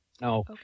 No